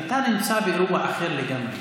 אתה נמצא באירוע אחר לגמרי.